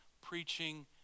preaching